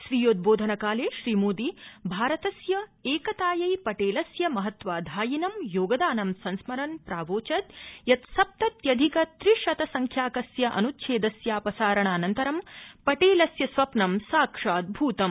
स्वीयोद्रोधनकाले श्रीमोदी भारतस्य एकतायै पटेलस्य महत्त्वाधायिनं योगदानं संस्मरन् प्रावोचत् यत् सप्तत्यधिक त्रिशत संख्याकस्य अनुच्छेदस्यापसारणानन्तरं पटेलस्य स्वप्नं साक्षाद्वतम्